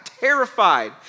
terrified